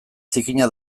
zikina